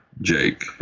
Jake